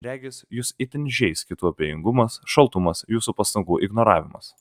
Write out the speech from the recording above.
regis jus itin žeis kitų abejingumas šaltumas jūsų pastangų ignoravimas